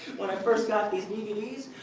when i first got these dvds,